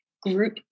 group